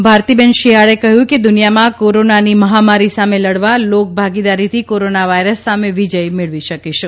ભારતીબેન શિયાળે કહ્યું કે દુનિયામાં કોરોના ની મહામારી હોય આ મહામારી સામે લડવા લોકભાગીદારીથી કોરોના વાયરસ સામે વિજય મેળવી શકીશું